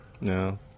No